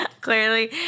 clearly